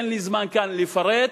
אין לי זמן כאן לפרט,